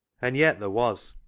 and yet there was,